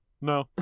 No